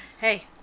hey